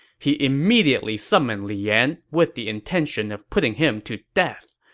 he immediately summoned li yan, with the intention of putting him to death.